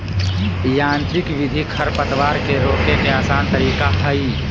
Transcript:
यांत्रिक विधि खरपतवार के रोके के आसन तरीका हइ